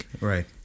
Right